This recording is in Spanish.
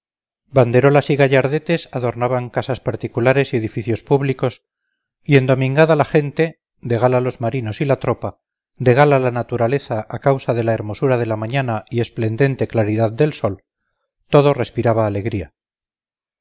banderolas y gallardetes adornaban casas particulares y edificios públicos y endomingada la gente de gala los marinos y la tropa de gala la naturaleza a causa de la hermosura de la mañana y esplendente claridad del sol todo respiraba alegría